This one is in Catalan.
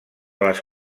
les